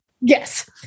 Yes